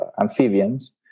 amphibians